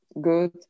good